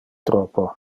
troppo